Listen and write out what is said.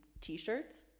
T-shirts